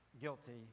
guilty